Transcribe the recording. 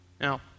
Now